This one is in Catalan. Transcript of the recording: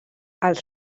els